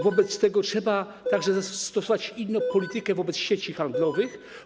Wobec tego trzeba także zastosować inną politykę wobec sieci handlowych.